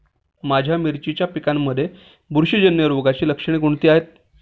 माझ्या मिरचीच्या पिकांमध्ये बुरशीजन्य रोगाची लक्षणे कोणती आहेत?